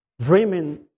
dreaming